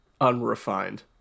unrefined